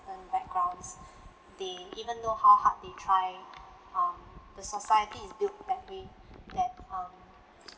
backgrounds they even though how hard they try um the society is deal that way that um